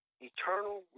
eternal